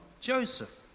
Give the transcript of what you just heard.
Joseph